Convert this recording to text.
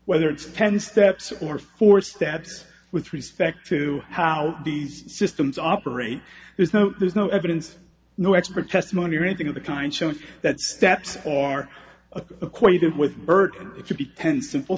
whether it's ten steps or four steps with respect to how these systems operate is so there's no evidence no expert testimony or anything of the kind shows that steps are acquainted with bert to be ten simple